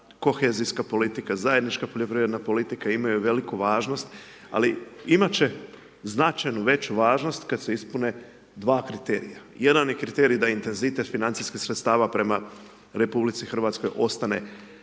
kohezijska politika, zajednička poljoprivredna politika imaju veliku važnost ali imati će značajno veću važnost kada se ispune Jedan je kriterij da intenzitet financijskih sredstava prema RH ostane